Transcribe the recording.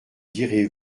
direz